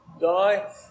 die